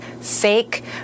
fake